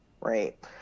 Right